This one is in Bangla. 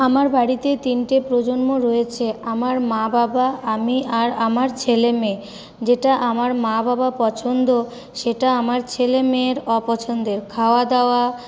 আমার বাড়িতে তিনটে প্রজন্ম রয়েছে আমার মা বাবা আমি আর আমার ছেলে মেয়ে যেটা আমার মা বাবা পছন্দ সেটা আমার ছেলে মেয়ের অপছন্দের খাওয়া দাওয়া